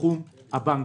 בתחום הבנקים.